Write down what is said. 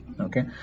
Okay